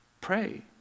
pray